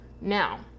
Now